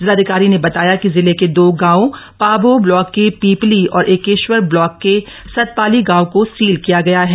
जिलाधिकारी ने बताया कि जिले के दो गांवों पाब्रो ब्लाक के पीपली और एकेश्वर ब्लाफ़ के सतपाली गांव को सील किया गया है